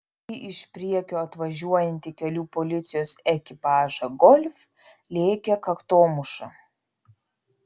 į iš priekio atvažiuojantį kelių policijos ekipažą golf lėkė kaktomuša